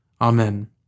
Amen